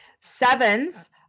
Sevens